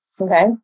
Okay